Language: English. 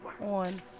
on